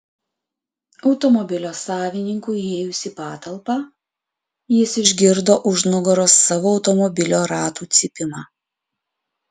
automobilio savininkui įėjus į patalpą jis išgirdo už nugaros savo automobilio ratų cypimą